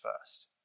first